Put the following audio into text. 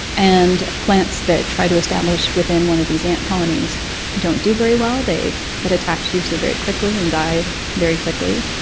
and plants that try to establish within one of these ant colonies don't do very well. they get attacked usually very quickly and die very quickly,